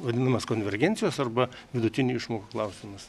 vadinamas konvergencijos arba vidutinių išmokų klausimas